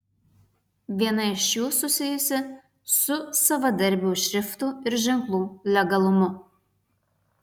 viena iš jų susijusi su savadarbių šriftų ir ženklų legalumu